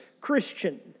Christian